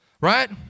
right